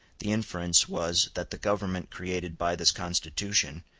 the inference was that the government created by this constitution,